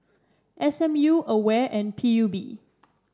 S M U Aware and P U B